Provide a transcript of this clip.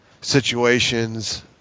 situations